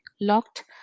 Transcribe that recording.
locked